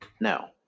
No